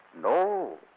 No